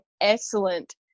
excellent